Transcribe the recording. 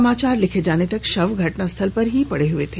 समाचार लिखे जाने तक शव घटनास्थल पर ही पड़ा हुआ था